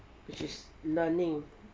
which is learning